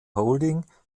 holding